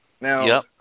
Now